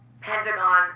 Pentagon